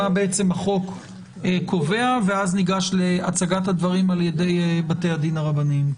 מה בעצם החוק קובע ואז ניגש להצגת הדברים על-ידי בתי הדין הרבניים.